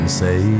say